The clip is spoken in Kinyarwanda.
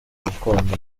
gakondo